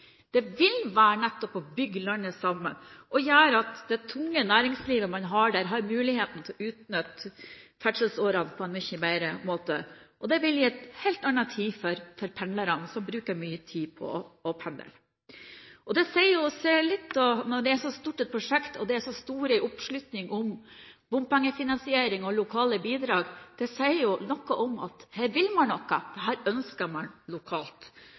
Det vil nettopp bygge landet tettere sammen og gjøre at det tunge næringslivet man har der, får mulighet til å utnytte ferdselsårene på en mye bedre måte. Og det vil innebære en helt ny tid for pendlerne, som bruker mye tid på nettopp å pendle. Når det er et så stort prosjekt og en så stor oppslutning om bompengefinansiering og lokale bidrag, sier det at her vil man noe, her ønsker man lokalt.